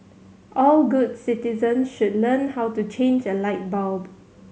all good citizens should learn how to change a light bulb